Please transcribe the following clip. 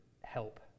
help